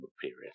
period